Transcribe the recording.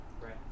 right